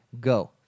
Go